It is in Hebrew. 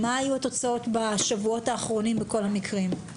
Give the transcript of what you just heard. מה היו התוצאות בשבועות האחרונים בכל המקרים?